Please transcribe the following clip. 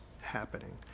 happening